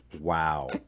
Wow